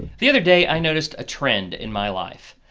the other day i noticed a trend in my life.